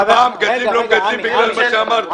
ארבעה מגדלים לא מגדלים בגלל מה שאתה אמרת.